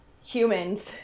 Humans